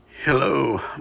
Hello